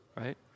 right